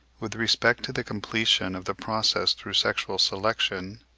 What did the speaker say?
with respect to the completion of the process through sexual selection,